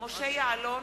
משה יעלון,